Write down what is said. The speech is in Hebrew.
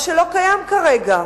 מה שלא קיים כרגע.